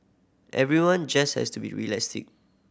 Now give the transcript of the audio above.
everyone just has to be realistic